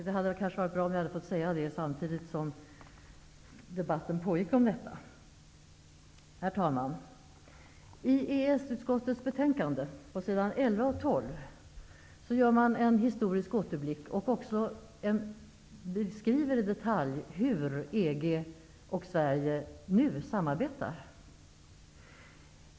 Det hade kanske varit bra om jag hade fått säga det samtidigt som debatten pågick om detta. Herr talman! I EES-utskottets betänkande, på s. 11 och 12, gör utskottet en historisk återblick och beskriver också i detalj hur EG och Sverige samarbetar nu.